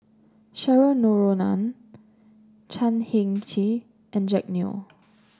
Cheryl Noronha Chan Heng Chee and Jack Neo